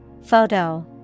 Photo